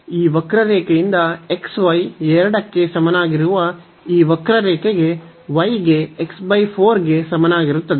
ಈ ವಕ್ರರೇಖೆಯಿಂದ xy 2 ಗೆ ಸಮನಾಗಿರುವ ಈ ವಕ್ರರೇಖೆಗೆ y ಗೆ x 4 ಗೆ ಸಮನಾಗಿರುತ್ತದೆ